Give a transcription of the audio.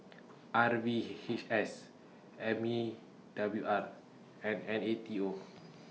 R V H S M E W R and N A T O